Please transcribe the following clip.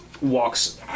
walks